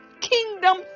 Kingdom